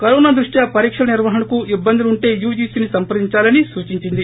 corona దృష్టా పరీక్షల నిర్వహణకు ఇబ్బందులు ఉంటే యూజీసీని సంప్రదిందాలని సూచించింది